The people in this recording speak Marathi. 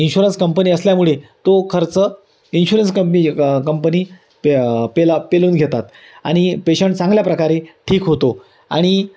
इन्श्युरन्स कंपनी असल्यामुळे तो खर्च इन्शुरन्स कंपी कंपनी पे पेला पेलून घेतात आणि पेशंट चांगल्या प्रकारे ठीक होतो आणि